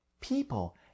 people